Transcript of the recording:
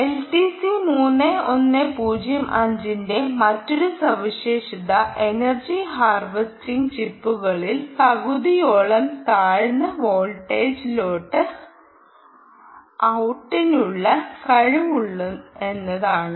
LTC 3105 ന്റെ മറ്റൊരു സവിശേഷത എനർജി ഹാർവെസ്റ്റിംഗ് ചിപ്പുകളിൽ പകുതിയോളം താഴ്ന്ന വോൾട്ടേജ് ലോക്ക് ഔട്ടിനുള്ള കഴിവുള്ളവയാണ്